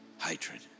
hatred